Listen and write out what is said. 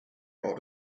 are